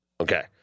Okay